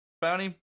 Bounty